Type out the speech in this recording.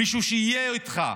מישהו שיהיה איתך,